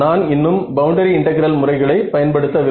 நான் இன்னும் boundary integral முறைகளை பயன் படுத்த வில்லை